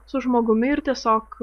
su žmogumi ir tiesiog